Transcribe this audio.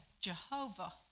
Jehovah